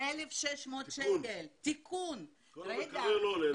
תיקון מקרר.